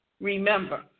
Remember